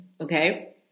Okay